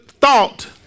thought